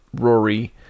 Rory